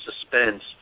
suspense